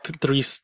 three